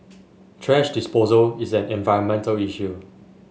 thrash disposal is an environmental issue